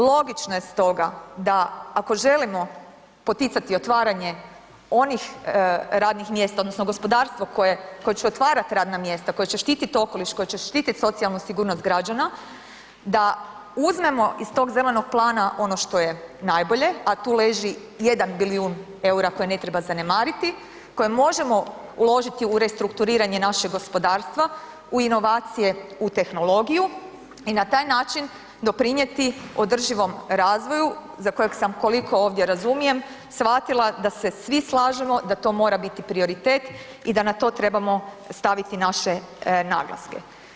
Logično je stoga da ako želimo poticati otvaranje onih radnih mjesta odnosno gospodarstvo koje će otvarat radna mjesta, koja će štitit okoliš, koja će štitit socijalnu sigurnost građana, da uzmemo iz tog zelenog plana ono što je najbolje a tu leži 1 bilijun eura koje ne treba zanemariti, koje možemo uložiti u restrukturiranje našeg gospodarstva, u inovacije, u tehnologiju i na taj način doprinijeti održivom razvoju za kojeg sam koliko ovdje razumijem, shvatila da se svi slažemo da to mora biti prioritet i da na to trebamo staviti naše naglaske.